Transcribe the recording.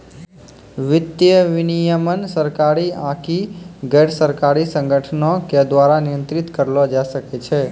वित्तीय विनियमन सरकारी आकि गैरसरकारी संगठनो के द्वारा नियंत्रित करलो जाय सकै छै